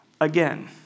again